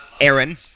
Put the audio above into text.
Aaron